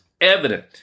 evident